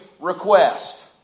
request